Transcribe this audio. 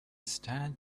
stand